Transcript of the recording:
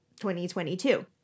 2022